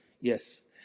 Yes